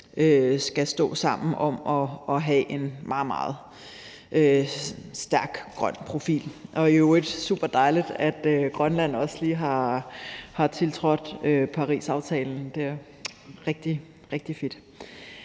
skal stå sammen om at have en meget, meget stærk grøn profil. I øvrigt er det superdejligt, at Grønland også lige har tiltrådt Parisaftalen, det er rigtig, rigtig fedt.